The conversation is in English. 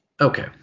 Okay